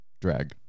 drag